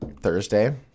Thursday